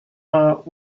heart